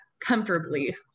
comfortably